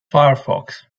firefox